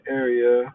area